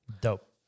Dope